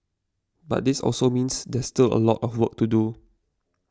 but this also means there's still a lot of work to do